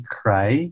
cry